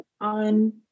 on